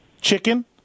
Chicken